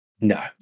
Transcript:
No